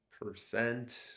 percent